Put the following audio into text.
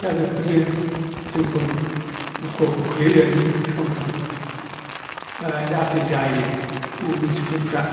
दा बेफोरनो जोंखौ दुखुआव खोख्लैयो आरो जोंखौ सम सम दा जाहाथे जायो एम मि स्कुलफ्रा